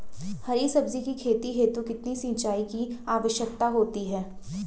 हरी सब्जी की खेती हेतु कितने सिंचाई की आवश्यकता होती है?